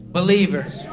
believers